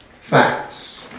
facts